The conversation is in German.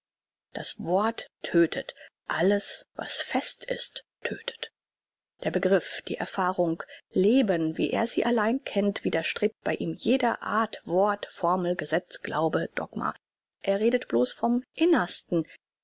das wort tödtet alles was fest ist tödtet der begriff die erfahrung leben wie er sie allein kennt widerstrebt bei ihm jeder art wort formel gesetz glaube dogma er redet bloß vom innersten